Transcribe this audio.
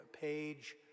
page